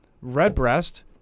Redbreast